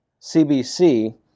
CBC